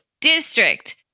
district